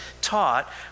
taught